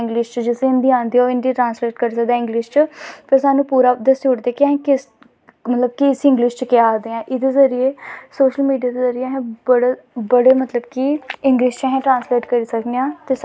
अगर इक बंदा करदा जां सौ चा गस बंदे करदे बाकी ते ओह् हो एहे तां पले एह् करा दा जी एह्दी किन्नी ओह् मतलव इसी भुक्ख पेदी लोग मैन्टै च जंदे पैसे खर्चनें दै डर न पैसें दी गल्ल नी होंदी ऐ अपनैं जिन्नी जिन्द लग्गैं